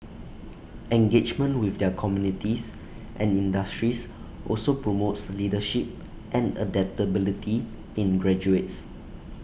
engagement with their communities and industries also promotes leadership and adaptability in graduates